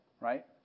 right